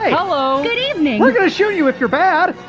ah hello! good evening! we're gonna show you if you're bad